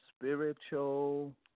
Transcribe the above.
spiritual